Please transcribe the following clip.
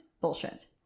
bullshit